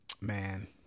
man